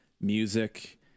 music